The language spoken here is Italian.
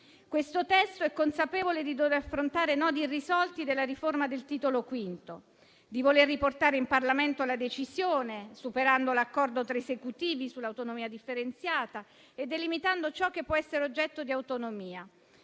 Questo testo è consapevole di dover affrontare i nodi irrisolti della riforma del Titolo V, di voler riportare in Parlamento la decisione, superando l'accordo tra esecutivi sull'autonomia differenziata, delimitando ciò che può essere oggetto di autonomia,